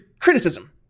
Criticism